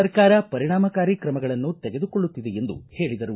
ಸರ್ಕಾರ ಪರಿಣಾಮಕಾರಿ ಕ್ರಮಗಳನ್ನು ತೆಗೆದುಕೊಳ್ಳುತ್ತಿದೆ ಎಂದು ಹೇಳಿದರು